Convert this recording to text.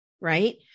Right